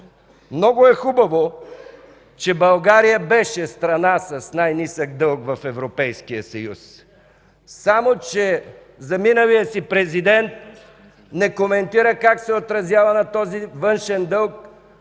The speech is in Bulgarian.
Много е хубаво, че България беше страна с най-нисък дълг в Европейския съюз, само че заминалият си президент не коментира как се отразява на този външен дълг